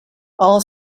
all